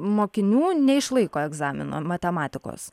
mokinių neišlaiko egzamino matematikos